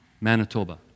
Manitoba